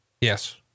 Yes